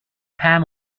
palm